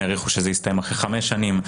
העריכו שזה יסתיים אחרי חמש שנים.